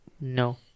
No